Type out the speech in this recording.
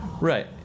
Right